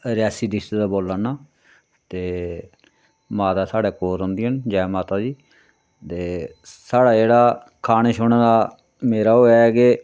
Reasi district दा बोला ना ते माता साढ़े कोल रौंह्दियां न जै माता दी ते साढ़ा जेह्ड़ा खाने छुने दा मेरा ओह् ऐ के